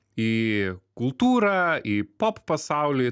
į kultūrą į pop pasaulį